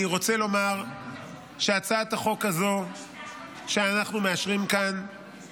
אני רוצה לומר שהצעת החוק הזו שאנחנו מאשרים כאן